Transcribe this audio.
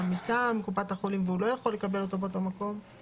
מטעם קופת החולים והוא לא יכול לקבל אותו באותו מקום,